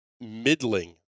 middling